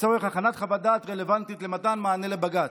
לצורך הכנת חוות דעת רלוונטית למתן מענה לבג"ץ,